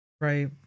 right